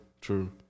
true